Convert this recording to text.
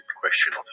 question